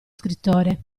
scrittore